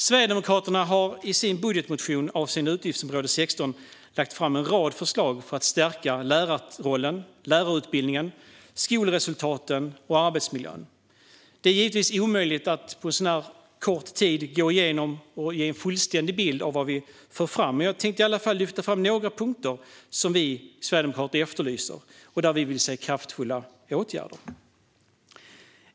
Sverigedemokraterna har i sin budgetmotion avseende utgiftsområde 16 lagt fram en rad förslag för att stärka lärarrollen, lärarutbildningen, skolresultaten och arbetsmiljön. Det är givetvis omöjligt att på så här kort tid gå igenom och ge en fullständig bild av vad vi för fram, men jag tänkte i alla fall lyfta fram några punkter där vi sverigedemokrater efterlyser kraftfulla åtgärder.